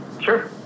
Sure